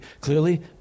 clearly